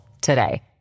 today